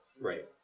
Right